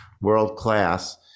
world-class